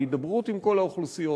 בהידברות עם כל האוכלוסיות,